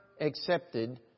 accepted